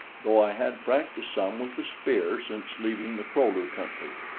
though i had practiced some with the spear since leaving the kro-lu country.